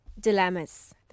dilemmas